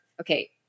okay